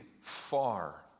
far